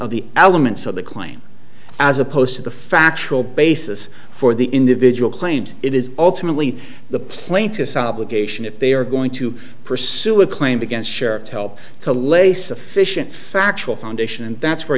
of the elements of the claim as opposed to the factual basis for the individual claims it is ultimately the plaintiff's obligation if they are going to pursue a claim against sheriff to help to lay sufficient factual foundation and that's where